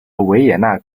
维也纳